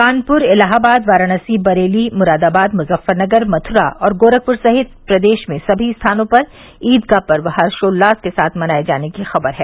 कानपुर इलाहाबाद वाराणसी बरेली मुरादाबाद मुजफ्फरनगर मथुरा और गोरखपुर सहित प्रदेश में सभी स्थानों पर ईद का पर्व हर्षोल्लास के साथ मनाए जाने की खबर है